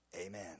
Amen